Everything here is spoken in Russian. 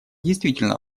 действительно